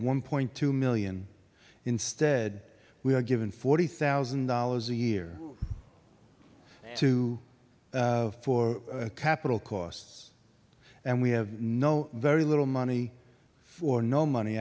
one point two million instead we were given forty thousand dollars a year to four capital costs and we have no very little money or no money